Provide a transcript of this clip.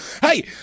Hey